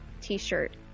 t-shirt